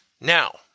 Now